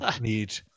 need